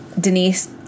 Denise